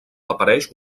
apareix